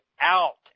out